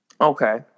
okay